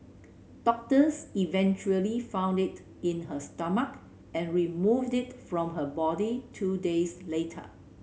doctors eventually found it in her stomach and removed it from her body two days later